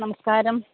നമസ്കാരം